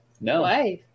No